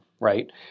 Right